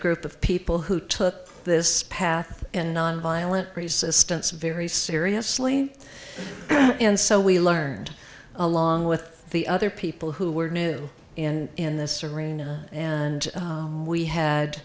group of people who took this path and nonviolent resistance very seriously and so we learned along with the other people who were new in this arena and we had